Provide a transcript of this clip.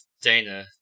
Dana